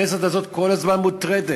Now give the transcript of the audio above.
הכנסת הזאת כל הזמן מוטרדת,